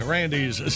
Randy's